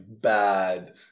bad